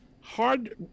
hard